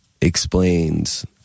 explains